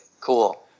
cool